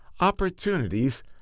opportunities